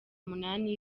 umunani